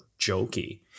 jokey